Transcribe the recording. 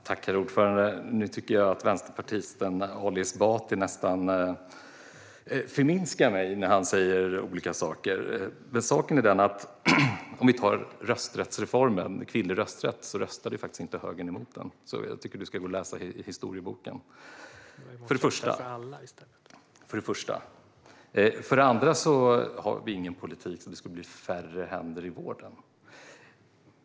Herr talman! Nu tycker jag att vänsterpartisten Ali Esbati nästan förminskar mig när han säger olika saker. För det första röstade högern faktiskt inte emot rösträttsreformen och kvinnlig rösträtt. Jag tycker alltså att du ska gå och läsa i historieboken, Ali Esbati. För det andra har vi ingen politik för att det ska bli färre händer i vården.